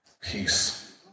peace